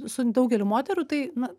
su daugeliu moterų tai na